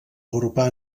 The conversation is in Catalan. agrupar